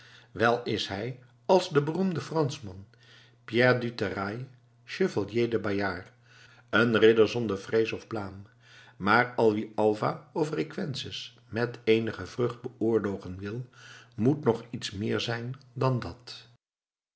wel is hij als de beroemde franschman pierre du terrail chevalier de bayard een ridder zonder vrees of blaam maar al wie alva of requesens met eenige vrucht beoorlogen wil moet nog iets meer zijn dan dat